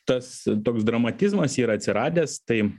tas toks dramatizmas yra atsiradęs tai